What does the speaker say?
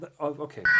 Okay